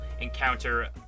encounter